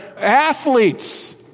athletes